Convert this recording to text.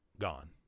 gone